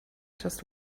just